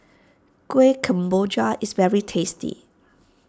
Kueh Kemboja is very tasty